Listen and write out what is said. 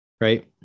Right